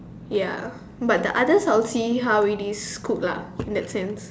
ya but the others I'll see how it is cooked lah in that sense